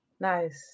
nice